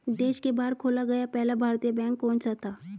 देश के बाहर खोला गया पहला भारतीय बैंक कौन सा था?